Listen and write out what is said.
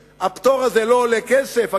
הפטור הזה לא עולה כסף?